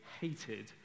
hated